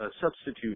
substitute